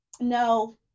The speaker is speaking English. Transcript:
no